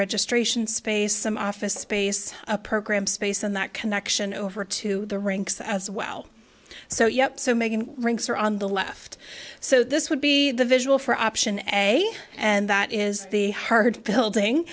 registration space some office space a program space in that connection over to the rinks as well so yep so making rings are on the left so this would be the visual for option and a and that is the hard building